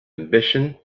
ambition